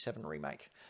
Remake